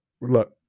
Look